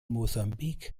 mosambik